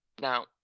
Now